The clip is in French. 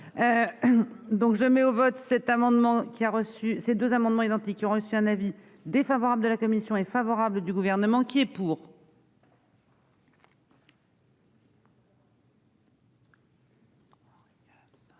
amendement qui a reçu ces deux amendements identiques, qui ont reçu un avis défavorable de la commission est favorable du gouvernement qui est pour.